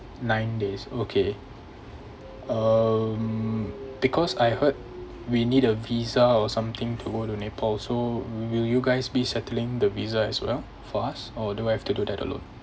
nine days okay um because I heard we need a visa or something to got to the nepal also will you guys be settling the visa as well for us or do I have to do that alone